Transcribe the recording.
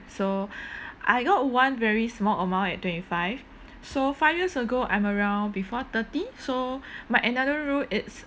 so I got one very small amount at twenty five so five years ago I'm around before thirty so my another rule it's